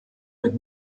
mit